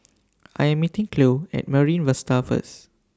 I Am meeting Cleo At Marine Vista First